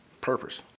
purpose